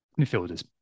Midfielders